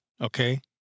okay